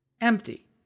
empty